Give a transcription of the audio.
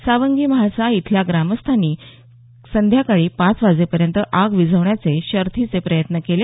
सांवगी म्हाळसा इथल्या ग्रामस्थांनी संध्याकाळी पाच वाजेपर्यंत आग विझवण्याचे शर्थीचे प्रयत्न केले